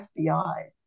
FBI